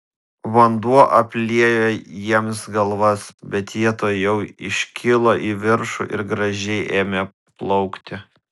vanduo apliejo jiems galvas bet jie tuojau iškilo į viršų ir gražiai ėmė plaukti